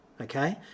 Okay